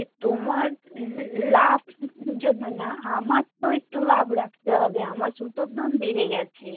সে তোমার লাভ জন্য না আমার তো একটু লাভ রাখতে হবে আমার সুতোর দাম বেড়ে গেছে